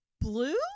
blue